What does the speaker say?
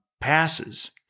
passes